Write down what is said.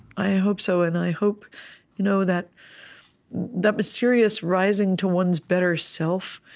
i hope so, and i hope you know that that mysterious rising to one's better self,